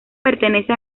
pertenece